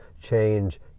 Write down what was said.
change